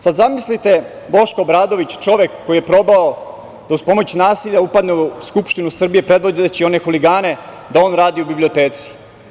Sada zamislite Boška Obradovića, čoveka koji je probao da uz pomoć nasilja upadne u Skupštinu Srbije, predvodeći one huligane, da radi u biblioteci.